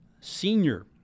senior